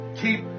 keep